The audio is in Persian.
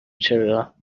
چرا